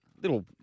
Little